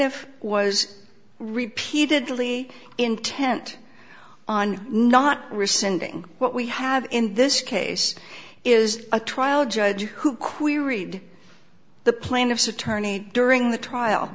ff was repeatedly intent on not rescinding what we have in this case is a trial judge who queried the plaintiff's attorney during the trial